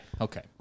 Okay